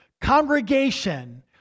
congregation